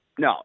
No